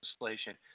legislation